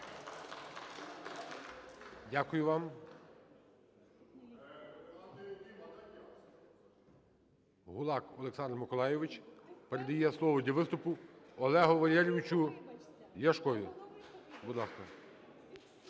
Дякую вам. Гулак Олександр Миколайович передає слово для виступу Олегу Валерійовичу Ляшку.